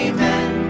Amen